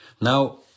Now